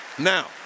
Now